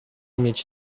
mieć